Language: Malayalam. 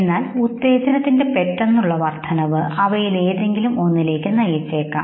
എന്നാൽ ഉത്തേജനത്തിന്റെ പെട്ടെന്നുള്ള വർദ്ധനവ് അവയിലേതെങ്കിലും ഒന്നിലേക്ക് നയിച്ചേക്കാം